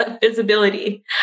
visibility